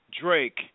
Drake